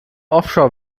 offshore